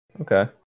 okay